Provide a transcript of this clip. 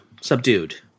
subdued